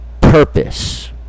Purpose